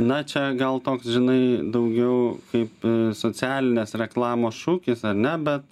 na čia gal toks žinai daugiau kaip socialinės reklamos šūkis ar ne bet